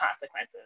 consequences